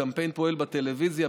הקמפיין פועל בטלוויזיה,